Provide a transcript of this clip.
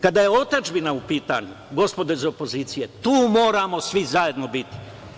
Kada je otadžbina u pitanju, gospodo iz opozicije, tu moramo svi zajedno biti.